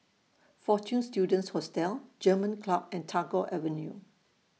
Fortune Students Hostel German Club and Tagore Avenue